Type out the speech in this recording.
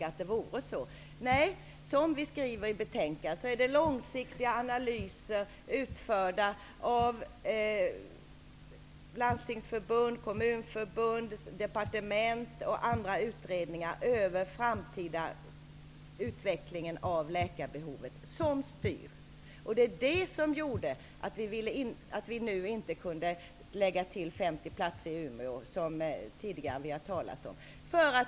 Precis som vi i Folkpartiet säger, det framgår av betänkandet, är det långsiktiga analyser, utförda av Landstingsförbundet, Kommunförbundet, och departement samt i olika utredningar, om den framtida utvecklingen av läkarbehovet som styr. Vi kunde därför inte utöka antalet platser med 50 i Umeå, som vi tidigare talat om.